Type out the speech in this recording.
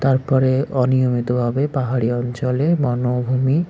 তারপরে অনিয়মিতভাবে পাহাড়ি অঞ্চলে বনভূমি